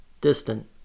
distant